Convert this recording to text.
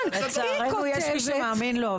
הפרות צו למיניהם.